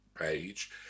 page